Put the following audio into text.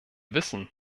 wissen